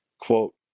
quote